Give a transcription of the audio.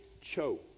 Cho